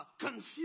confused